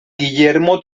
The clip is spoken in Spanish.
guillermo